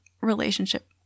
relationship